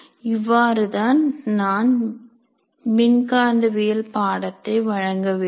இவ்வாறுதான் நான் மின்காந்தவியல் பாடத்தை வழங்க வேண்டும்